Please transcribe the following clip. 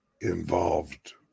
involved